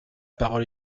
parole